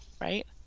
right